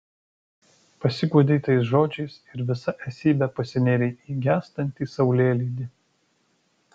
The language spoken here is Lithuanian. pasiguodei tais žodžiais ir visa esybe pasinėrei į gęstantį saulėlydį